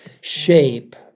shape